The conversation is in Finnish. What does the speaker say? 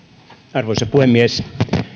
arvoisa puhemies